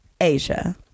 asia